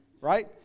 Right